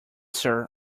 sir